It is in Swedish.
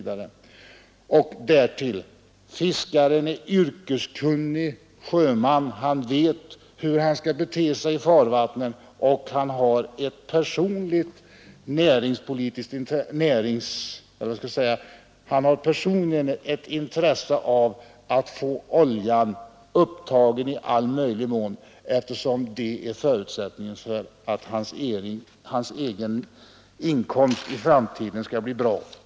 Dessutom är fiskaren yrkeskunnig sjöman och vet hur han skall bete sig i farvattnen, och han har också personligen intresse av att få oljan upptagen i all möjlig mån, eftersom det är en förutsättning för att hans egen inkomst i framtiden skall bli bra.